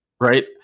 right